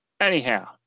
Anyhow